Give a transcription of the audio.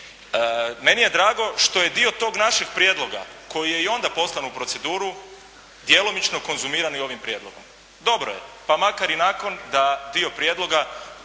Meni je drago što je dio tog našeg prijedloga koji je i onda poslan u proceduru, djelomično konzumiran i ovim prijedlogom. Dobro je, pa makar i nakon da dio prijedloga